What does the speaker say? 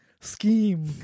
scheme